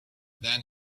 then